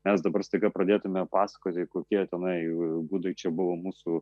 mes dabar staiga pradėtume pasakoti kokie tenai gudai čia buvo mūsų